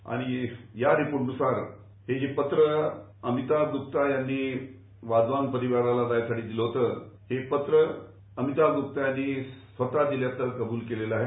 आणि या रिपोट नुसार हे जे पत्र अमिताभ गुप्ता यांनी वाधवान परिवाराला देण्यासाठी दिलं होत ते पत्र अमिताभ गुप्त यांनी स्वतः दिल्याचं कबूल केलेला आहे